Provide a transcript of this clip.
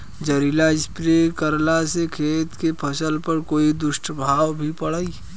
जहरीला स्प्रे करला से खेत के फसल पर कोई दुष्प्रभाव भी पड़ी?